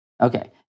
Okay